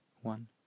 one